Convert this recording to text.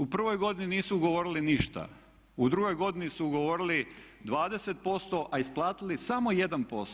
U prvoj godini nisu ugovorili ništa, u drugoj godini su ugovorili 20%, a isplatili samo 1%